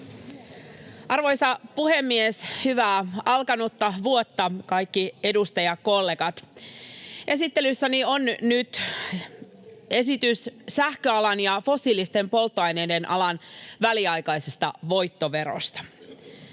Arvoisa puhemies! Hyvää alkanutta vuotta, kaikki edustajakollegat. Esittelyssäni on nyt esitys sähköalan ja fossiilisten polttoaineiden alan väliaikaisista voittoveroista.